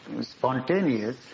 spontaneous